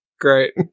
Great